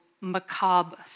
macabre